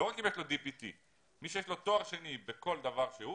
לא רק אם יש לו DTP אלא מי שיש לו תואר שני בכל דבר שהוא,